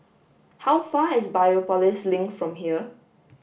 how far is Biopolis Link from here